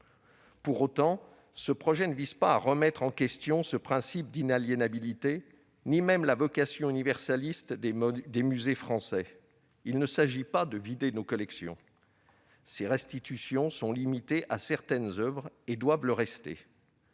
Pour autant, ce projet ne vise pas à remettre en question ce principe d'inaliénabilité, ni même la vocation universaliste des musées français. Il ne s'agit pas de vider nos collections ; ces restitutions sont limitées à certaines oeuvres et doivent le rester.